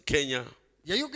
Kenya